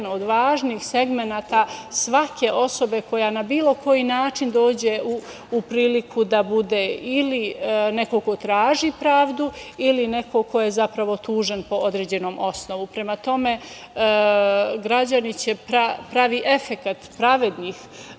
od važnih segmenata svake osobe koja na bilo koji način dođe u priliku da bude ili neko ko traži pravdu ili neko ko je zapravo tužen po određenom osnovu. Prema tome, građani će pravi efekat pravednih,